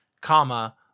comma